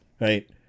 right